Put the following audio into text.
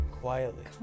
Quietly